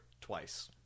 twice